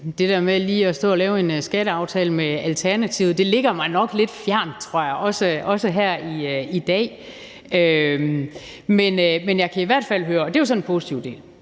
det der med lige at stå og lave en skatteaftale med Alternativet mig nok lidt fjernt, tror jeg, også her i dag. Men jeg kan i hvert fald høre – og det er så den positive del